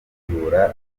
n’abategura